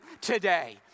today